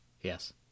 Yes